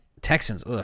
Texans